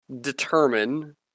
determine